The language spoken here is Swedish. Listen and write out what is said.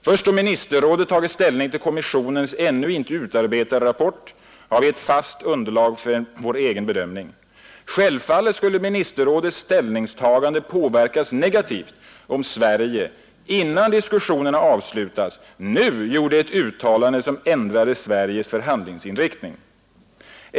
Först då Ministerrådet tagit ställning till Kommissionens ännu inte utarbetade rapport, har vi ett fast underlag för vår egen bedömning. Självfallet skulle Ministerrådets ställningstagande påverkas negativt, om Sverige, innan diskussionerna avslutats, nu gjorde ett uttalande, som ändrade Sveriges förhandlingsinriktning.